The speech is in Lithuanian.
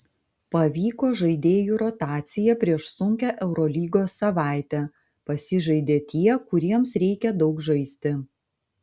pavyko žaidėjų rotacija prieš sunkią eurolygos savaitę pasižaidė tie kuriems reikia daug žaisti